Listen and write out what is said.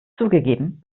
zugegeben